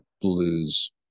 blues